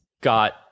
got